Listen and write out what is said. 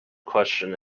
question